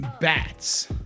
bats